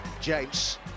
James